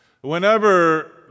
Whenever